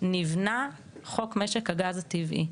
נבנה חוק משק הגז הטבעי,